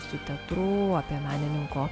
išsitatuiruoti menininko